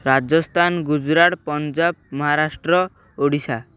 Rajasthan Gujarat Punjab Maharashtra Odisha